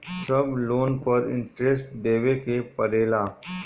सब लोन पर इन्टरेस्ट देवे के पड़ेला?